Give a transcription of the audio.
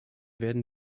werden